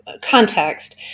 context